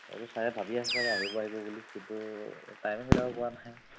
হয়তো ছাৰে ভাবি আছে চাগে আহিব আহিব বুলি কিন্তু টাইমে মিলাব পৰা নাই